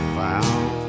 found